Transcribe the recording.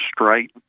straight